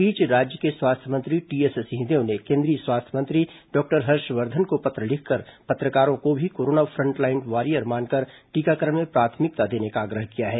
इस बीच राज्य के स्वास्थ्य मंत्री टीएस सिंहदेव ने केंद्रीय स्वास्थ्य मंत्री डॉक्टर हर्षवर्धन को पत्र लिखकर पत्रकारों को भी कोरोना फ्रंटलाइन वॉरियर्स मानकर टीकाकरण में प्राथमिकता देने का आग्रह किया है